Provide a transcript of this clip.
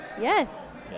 yes